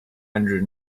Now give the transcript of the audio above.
hundred